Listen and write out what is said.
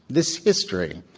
this history,